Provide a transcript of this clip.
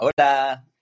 Hola